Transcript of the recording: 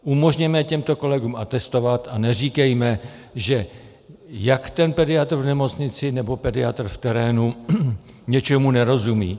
Umožněme těmto kolegům atestovat a neříkejme, že jak ten pediatr v nemocnici nebo pediatr v terénu něčemu nerozumí.